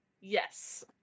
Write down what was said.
Yes